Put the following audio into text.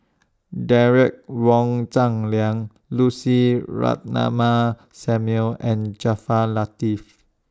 Derek Wong Zi Liang Lucy Ratnammah Samuel and Jaafar Latiff